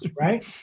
right